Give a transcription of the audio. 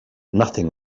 nothing